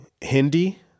Hindi